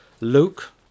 Luke